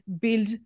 build